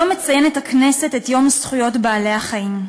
היום מציינת הכנסת את יום זכויות בעלי-החיים,